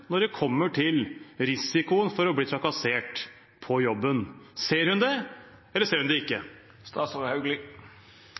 når det gjelder risikoen for å bli trakassert på jobben? Ser hun det, eller ser hun det ikke?